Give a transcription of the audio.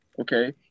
Okay